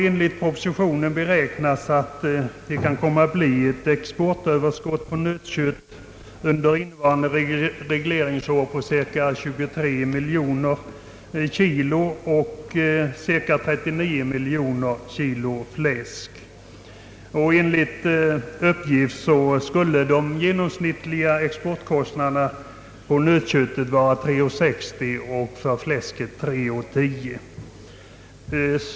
Enligt propositionen beräknas under innevarande regleringsår uppstå ett exportöverskott på ca 23 miljoner kilo nötkött och ca 39 miljoner kilo fläsk. Enligt uppgift skulle de genomsnittliga exportkostnaderna för nötköttet vara 3:60 per kilo och för fläsket 3: 10 per kilo.